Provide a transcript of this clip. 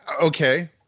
Okay